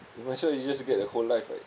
might as well you just get a whole life right